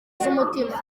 z’umutima